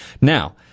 Now